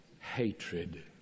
hatred